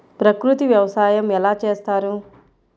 ప్రకృతి వ్యవసాయం ఎలా చేస్తారు?